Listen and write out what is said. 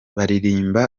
baririmba